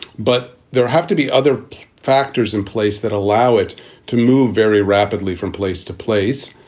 but there have to be other factors in place that allow it to move very rapidly from place to place.